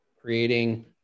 creating